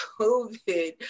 COVID